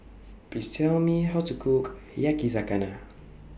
Please Tell Me How to Cook Yakizakana